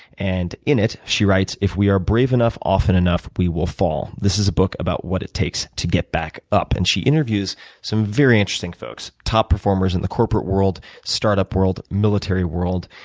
and in it, she writes, if we are brave enough often enough, we will fall. this is a book about what it takes to get back up. and she interviews some very interesting folks top performers in the corporate world, start-up world, military world,